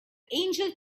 angel